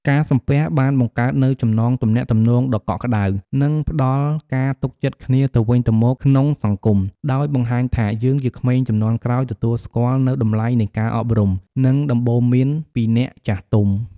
ការសំពះបានបង្កើតនូវចំណងទំនាក់ទំនងដ៏កក់ក្ដៅ និងផ្ដល់ការទុកចិត្តគ្នាទៅវិញទៅមកក្នុងសង្គម ដោយបង្ហាញថា យើងជាក្មេងជំនាន់ក្រោយ ទទួលស្គាល់នូវតម្លៃនៃការអប់រំ និងដំបូន្មានពីអ្នកចាស់ទុំ។